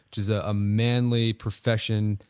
which is ah a manly profession,